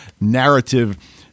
narrative